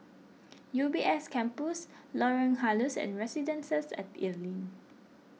U B S Campus Lorong Halus and Residences at Evelyn